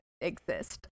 exist